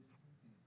נושא